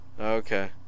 Okay